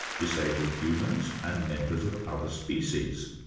disabled humans and members of other species.